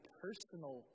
personal